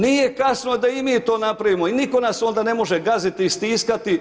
Nije kasno da i mi to napravimo i nitko nas onda ne može gaziti i stiskati.